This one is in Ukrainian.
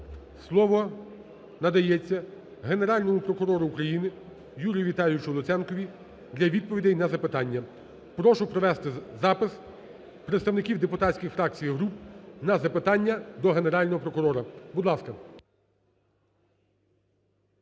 слово надається Генеральному прокурору України Юрію Віталійовичу Луценкові для відповідей на запитання. Прошу провести запис представників депутатських фракцій і груп на запитання до Генерального прокурора. Будь ласка.